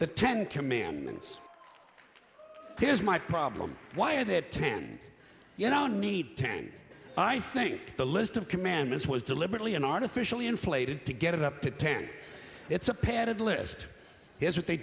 cure me and here's my problem why are that ten you don't need ten i think the list of commandments was deliberately an artificially inflated to get it up to ten it's a padded list here's what they